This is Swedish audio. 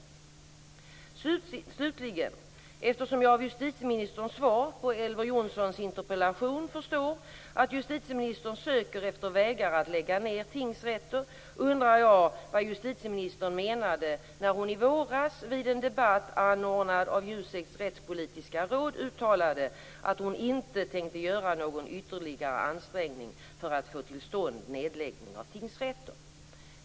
Slutligen: Eftersom jag av justitieministerns svar på Elver Jonssons interpellation förstår att justitieministern söker efter vägar att lägga ned tingsrätter undrar jag vad justitieministern menade när hon i våras vid en debatt anordnad av JUSEK:s rättspolitiska råd uttalade att hon inte tänkte göra någon ytterligare ansträngning för att få till stånd nedläggning av tingsrätter.